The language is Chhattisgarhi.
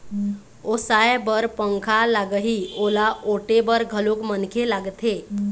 ओसाय बर पंखा लागही, ओला ओटे बर घलोक मनखे लागथे